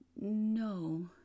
No